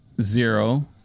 zero